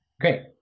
Great